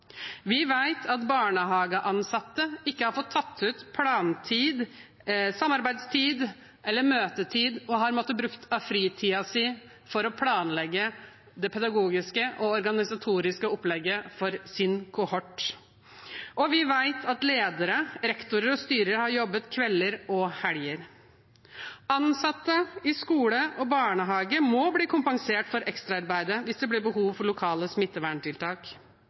Vi vet at barnehageansatte ikke har fått tatt ut plantid, samarbeidstid og møtetid og har måttet bruke av fritiden sin for å planlegge det pedagogiske og organisatoriske opplegget for sin kohort. Vi vet også at ledere, rektorer og styrer har jobbet kvelder og helger. Ansatte i skole og barnehage må bli kompensert for ekstraarbeidet hvis det blir behov for lokale smitteverntiltak.